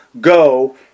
go